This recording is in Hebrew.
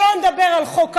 שלא נדבר על חוק האומנה,